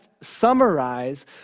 summarize